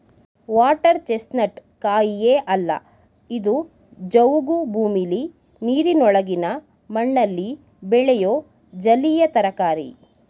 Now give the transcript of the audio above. water chestnut ಕಾಯಿಯೇ ಅಲ್ಲ ಇದು ಜವುಗು ಭೂಮಿಲಿ ನೀರಿನೊಳಗಿನ ಮಣ್ಣಲ್ಲಿ ಬೆಳೆಯೋ ಜಲೀಯ ತರಕಾರಿ